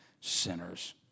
sinners